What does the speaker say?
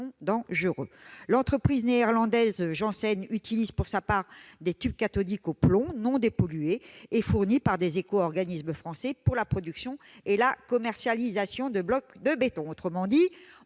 sa part, l'entreprise néerlandaise Janssen utilise des tubes cathodiques au plomb non dépollués, fournis par des éco-organismes français, pour la production et la commercialisation de blocs de béton. En d'autres termes, on